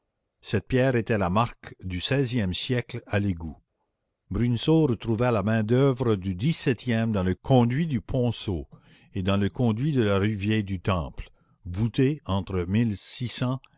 cette pierre était la marque du seizième siècle à l'égout bruneseau retrouva la main-d'oeuvre du dix-septième dans le conduit du ponceau et dans le conduit de la rue vieille du temple voûtés entre